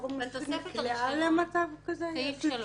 אם הוא הורשע בעת היותו